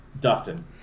Dustin